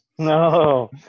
No